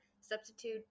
substitute